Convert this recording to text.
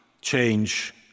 change